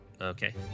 Okay